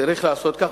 צריך לעשות כך,